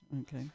Okay